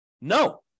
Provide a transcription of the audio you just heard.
No